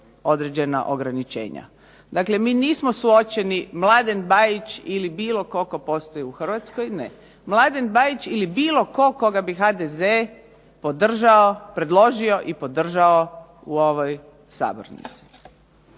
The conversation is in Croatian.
određena ograničenja. Dakle, mi nismo suočeni Mladen Bajić ili bilo tko tko postoji u Hrvatskoj, ne, Mladen Bajić ili bilo tko koga bi HDZ predložio i podržao u ovoj Sabornici.